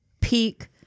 peak